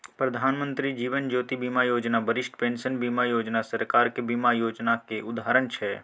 प्रधानमंत्री जीबन ज्योती बीमा योजना, बरिष्ठ पेंशन बीमा योजना सरकारक बीमा योजनाक उदाहरण छै